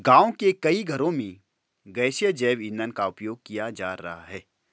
गाँव के कई घरों में गैसीय जैव ईंधन का उपयोग किया जा रहा है